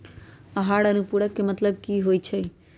आहार अनुपूरक के मतलब की होइ छई?